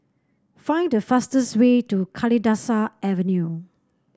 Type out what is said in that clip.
find the fastest way to Kalidasa Avenue